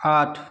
आठ